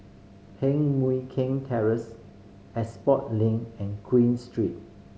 Heng Mui Keng Terrace Expo Link and Queen Street